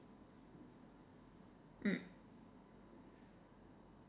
mm